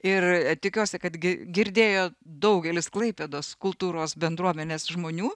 ir tikiuosi kad gi girdėjo daugelis klaipėdos kultūros bendruomenės žmonių